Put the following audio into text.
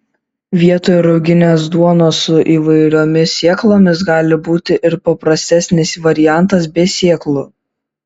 vietoj ruginės duonos su įvairiomis sėklomis gali būti ir paprastesnis variantas be sėklų